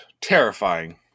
Terrifying